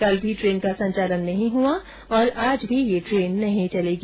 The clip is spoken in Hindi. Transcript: कल भी ट्रेन का संचालन नहीं हुआ और आज भी ट्रेन नहीं चलेगी